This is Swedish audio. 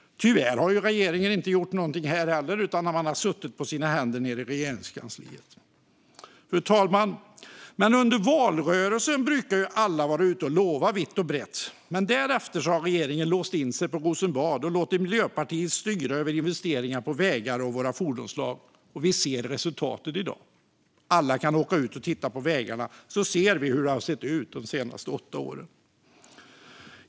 Tyvärr har regeringen inte gjort någonting här heller. Man har suttit på sina händer i Regeringskansliet. Fru talman! Under valrörelsen brukar ju alla vara ute och lova vitt och brett, men därefter har regeringen låst in sig på Rosenbad och låtit Miljöpartiet styra över investeringar i vägar och våra fordonsslag. I dag ser vi resultatet. Alla kan åka ut och titta på vägarna och se hur det har sett ut de senaste åtta åren.